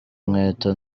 inkweto